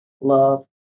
love